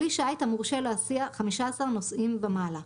המורשה להסיע 15 אנשים ומעלה,